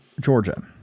Georgia